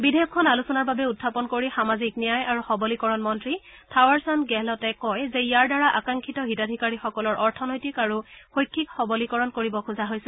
বিধেয়কখন আলোচনাৰ বাবে উখাপন কৰি সামাজিক ন্যায় আৰু সবলীকৰণ মন্ত্ৰী থাৱাৰচন্দ গেহলটে কয় যে ইয়াৰ দ্বাৰা আকাংক্ষিত হিতাধিকাৰীসকলৰ অৰ্থনৈতিক আৰু শৈক্ষিক সবলীকৰণ কৰিব খোজা হৈছে